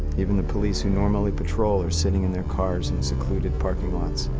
even the police who normally patrol are sitting in their cars in secluded parking lots,